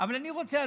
אבל אני רוצה,